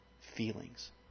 feelings